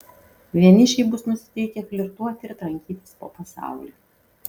vienišiai bus nusiteikę flirtuoti ir trankytis po pasaulį